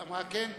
אמרה "כן"?